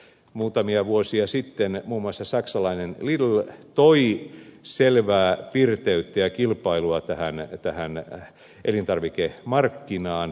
muutamia vuosia sitten muun muassa saksalainen lidl toi selvää pirteyttä ja kilpailua tähän elintarvikemarkkinaan